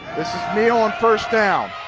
this is meehl on first down.